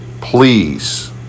please